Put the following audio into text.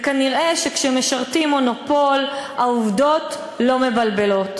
נראה שכשמשרתים מונופול, העובדות לא מבלבלות.